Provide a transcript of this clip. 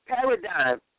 paradigm